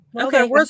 Okay